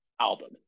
album